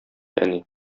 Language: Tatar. әни